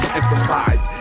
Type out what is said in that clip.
emphasize